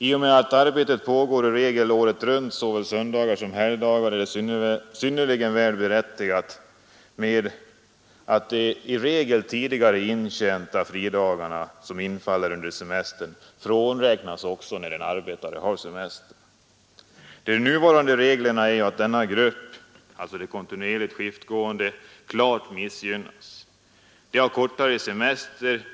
I och med att arbetet i regel pågår året runt såväl söndagar som helgdagar är det synnerligen väl berättigat att de i regel tidigare intjänta fridagar, som infaller under semester, också frånräknas denna. Nuvarande regler innebär att denna grupp klart missgynnas.